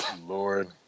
Lord